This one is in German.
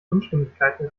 unstimmigkeiten